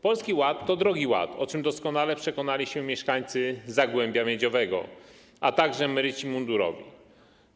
Polski Ład to drogi ład, o czym doskonale przekonali się mieszkańcy Zagłębia Miedziowego, a także emeryci mundurowi.